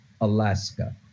Alaska